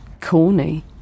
Corny